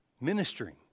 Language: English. Ministering